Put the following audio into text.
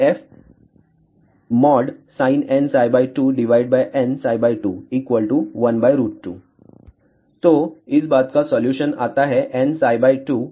AF sinnψ2n212 तो इस बात का सॉल्यूशन आता है nΨ 2 13915